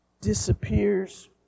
disappears